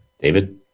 David